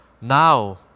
Now